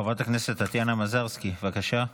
חברת הכנסת טטיאנה מזרסקי, בבקשה.